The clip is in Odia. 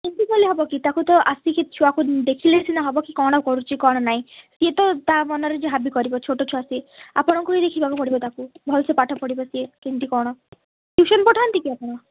ଏମିତି କଲେ ହବ କି ତାକୁ ତ ଆସି କି ଛୁଆକୁ ଦେଖିଲେ ସିନା ହେବ କ'ଣ କରୁଛି କ'ଣ ନାଇଁ ଇଏ ତ ତା ମନରେ ଯାହାବି କରିବ ଛୋଟ ଛୁଆ ସିଏ ଆପଣଙ୍କୁ ହିଁ ଦେଖିବାକୁ ପଡ଼ିବ ତାକୁ ଭଲ ସେ ପାଠ ପଢ଼ିବ ସେ କେମିତି କ'ଣ ଟ୍ୟୁସନ୍ ପଠାନ୍ତି କି ଆପଣ